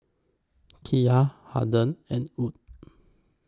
Kiya Harden and Wood